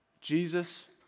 Jesus